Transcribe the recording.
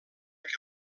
que